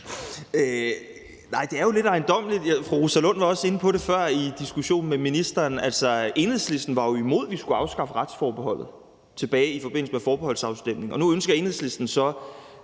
Nej, det er jo lidt ejendommeligt. Fru Rosa Lund var også inde på det før i diskussionen med ministeren. Altså, Enhedslisten var jo imod, at vi skulle afskaffe retsforbeholdet tilbage i forbindelse med forbeholdsafstemningen, og nu ønsker Enhedslisten så